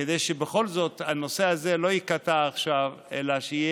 כדי שבכל זאת הנושא הזה לא ייקטע עכשיו אלא שיהיה